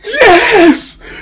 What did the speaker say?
yes